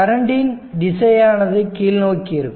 கரண்டின் திசையானது கீழ்நோக்கி இருக்கும்